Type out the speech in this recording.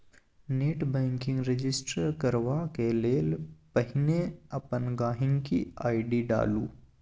net banking register करबाक लेल पहिने अपन गांहिकी आइ.डी डालु